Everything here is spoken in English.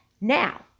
now